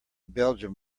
belgium